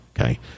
okay